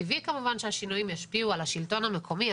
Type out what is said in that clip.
טבעי כמובן שהשינויים ישפיעו על השלטון המקומי,